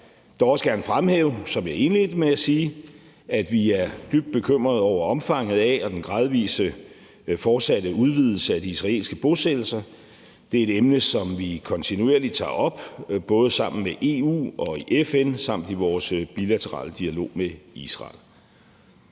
jeg dog også gerne fremhæve, hvad jeg indledte med at sige, at vi er dybt bekymrede over omfanget af og den gradvise fortsatte udvidelse af de israelske bosættelser. Det er et emne, som vi kontinuerligt tager op, både sammen med EU og i FN samt i vores bilaterale dialog med Israel.